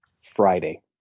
Friday